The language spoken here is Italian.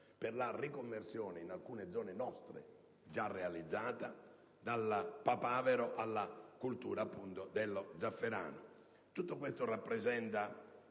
per la riconversione, in alcune zone nostre già realizzata, dalla coltura del papavero a quella appunto dello zafferano. Tutto questo rappresenta